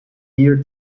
year